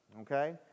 Okay